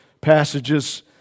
passages